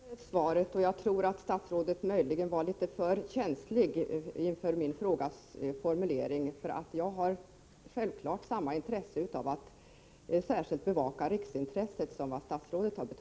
Herr talman! Då är jag nöjd med svaret. Jag tror att statsrådet möjligen var litet för känslig inför min frågas formulering. Jag har självfallet samma intresse som statsrådet av att man särskilt bevakar riksintresset.